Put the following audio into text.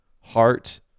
heart